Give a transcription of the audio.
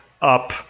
up